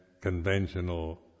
conventional